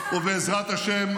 ובעזרת השם,